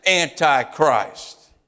Antichrist